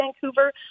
Vancouver